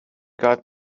got